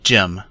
Jim